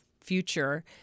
future